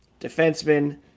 defenseman